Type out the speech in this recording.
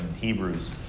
Hebrews